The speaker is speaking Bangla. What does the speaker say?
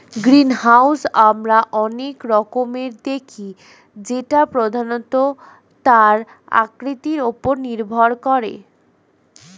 গ্রিনহাউস আমরা অনেক রকমের দেখি যেটা প্রধানত তার আকৃতির ওপর নির্ভর করে